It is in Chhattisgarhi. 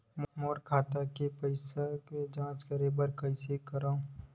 मोर खाता के पईसा के जांच करे बर हे, कइसे करंव?